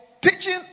teaching